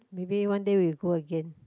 maybe one day we go again